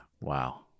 Wow